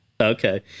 Okay